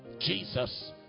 Jesus